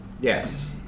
Yes